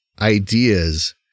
ideas